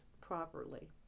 properly